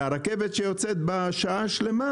והרכבת שיוצאת בשעה השלמה